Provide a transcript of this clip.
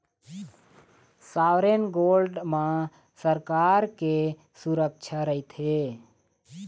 sovereign gold म सरकार के सुरक्छा रहिथे